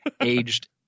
aged